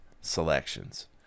selections